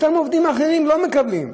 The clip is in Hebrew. ועובדים אחרים לא מקבלים.